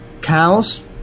cows